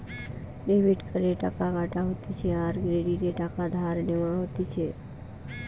debit কার্ডে টাকা কাটা হতিছে আর ক্রেডিটে টাকা ধার নেওয়া হতিছে